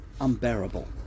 unbearable